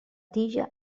tija